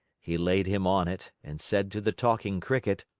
he laid him on it and said to the talking cricket